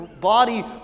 body